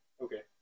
Okay